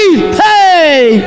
Hey